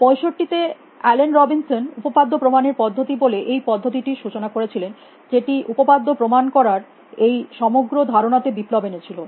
65 তে Alan Robinson উপপাদ্য প্রমাণের পদ্ধতি বলে এই পদ্ধতি টির সূচনা করেছিলেন যেটি উপপাদ্য প্রমাণ করার এই সমগ্র ধারণাতে বিপ্লব এনেছিল